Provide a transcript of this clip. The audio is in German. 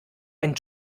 ein